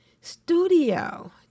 studio